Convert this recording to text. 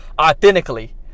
authentically